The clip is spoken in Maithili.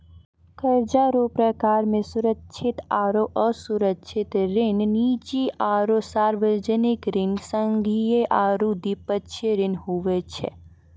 कर्जा रो परकार मे सुरक्षित आरो असुरक्षित ऋण, निजी आरो सार्बजनिक ऋण, संघीय आरू द्विपक्षीय ऋण हुवै छै